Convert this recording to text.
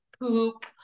poop